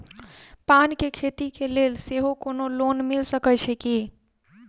पान केँ खेती केँ लेल सेहो कोनो लोन मिल सकै छी की?